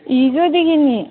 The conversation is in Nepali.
हिजोदेखि नि